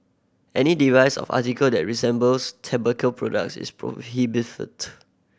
any device or article that resembles tobacco products is prohibited